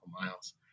miles